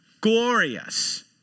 glorious